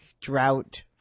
drought